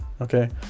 Okay